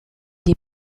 les